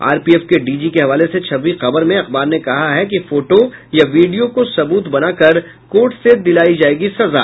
RPF के DG के हवाले से छपी खबर में अखबार ने कहा है कि फोटो या बीडियो को सबूत बनाकर कोर्ट से दिलायी जायेगी सजा